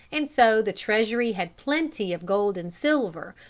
and so the treasury had plenty of gold and silver,